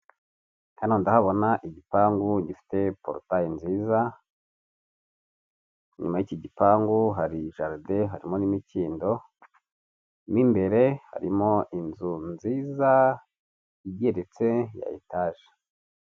Hano ndahabona igipangu gifite porotaye nziza, inyuma y'iki gipangu hari jaride, harimo n'imikindo n'imbere harimo inzu nziza igeretse ya etaje.